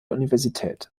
universität